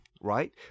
right